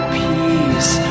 peace